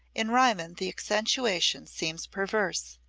in riemann the accentuation seems perverse,